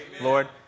Lord